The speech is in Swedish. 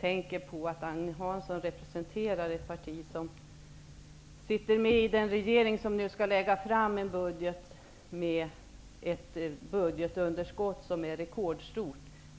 tanke på att han representerar ett regeringsparti som är på väg att lägga fram en budget med ett rekordstort budgetunderskott.